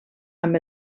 amb